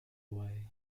away